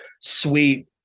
sweet